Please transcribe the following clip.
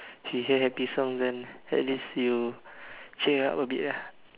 you hear happy songs then at least you cheer up a bit ah